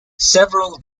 several